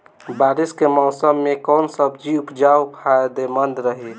बारिश के मौषम मे कौन सब्जी उपजावल फायदेमंद रही?